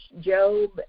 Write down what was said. Job